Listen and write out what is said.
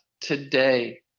today